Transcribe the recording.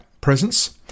presence